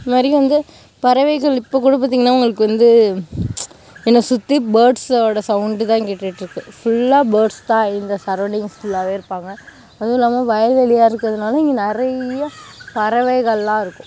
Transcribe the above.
நிறைய வந்து பறவைகள் இப்போது கூட பார்த்திங்கன்னா உங்களுக்கு வந்து என்னை சுற்றி பேர்ட்ஸ்சோடு சவுண்டு தான் கேட்டுகிட்டு இருக்குது ஃபுல்லாக பேர்ட்ஸ் தான் இங்கே சரோவுண்டிங் ஃபுல்லாகவே இருப்பாங்க அதுவும் இல்லாமல் வயல்வெளியாக இருக்கிறதுனால இங்கே நிறையா பறவைகளாம் இருக்கும்